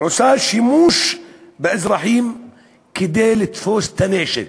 היא עושה שימוש באזרחים כדי לתפוס את הנשק.